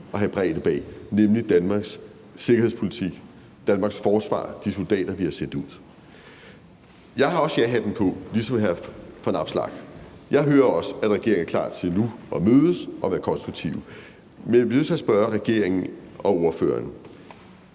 at have bredde bag, nemlig Danmarks sikkerhedspolitik, Danmarks forsvar, de soldater, vi har sendt ud. Jeg har også jahatten på ligesom hr. Alex Vanopslagh. Jeg hører også, at regeringen er klar til nu at mødes og være konstruktiv, men jeg bliver nødt til at spørge regeringen og ordføreren